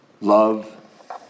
love